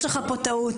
יש לך פה טעות.